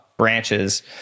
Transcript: branches